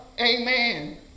amen